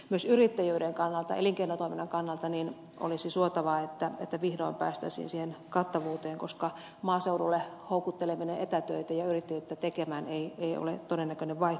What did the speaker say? myös yrittäjyyden kannalta elinkeinotoiminnan kannalta olisi suotavaa että vihdoin päästäisiin siihen kattavuuteen koska maaseudulle houkutteleminen etätöitä ja yrittäjyyttä tekemään ei ole todennäköinen vaihtoehto jos netti ei toimi